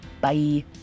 Bye